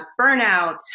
burnout